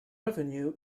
revenue